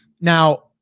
Now